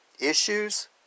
Issues